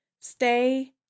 Stay